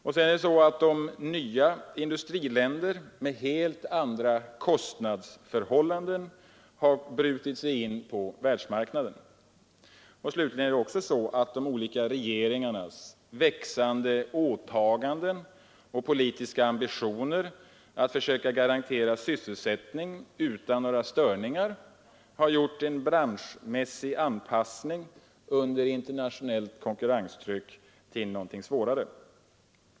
För det andra: Nya industriländer med helt andra kostnadsförhållanden har brutit sig in på världsmarknaden. För det tredje: De olika regeringarnas växande åtaganden och politiska ambitioner att försöka garantera sysselsättning utan några störningar har gjort en branschmässig anpassning under internationellt konkurrenstryck svårare.